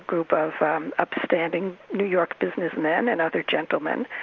group of um upstanding new york businessmen and other gentlemen,